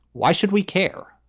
why should we care?